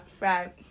right